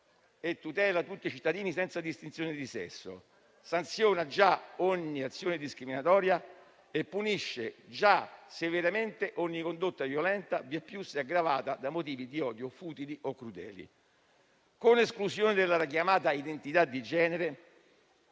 e tutela tutti i cittadini, senza distinzione di sesso, sanziona già ogni azione discriminatoria e punisce già severamente ogni condotta violenta, vieppiù se aggravata da motivi di odio, futili o crudeli. Con l'esclusione della richiamata identità di genere,